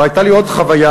הייתה לי עוד חוויה,